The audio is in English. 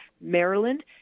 Maryland